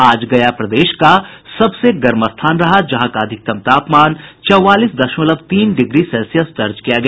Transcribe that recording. आज गया प्रदेश का सबसे गर्म स्थान रहा जहां का अधिकतम तापमान चौवालीस दशमलव तीन डिग्री सेल्सियस दर्ज किया गया